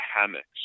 hammocks